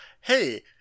hey